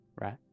right